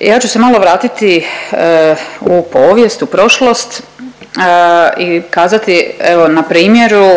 Ja ću se malo vratiti u povijest, u prošlost i kazati evo na primjeru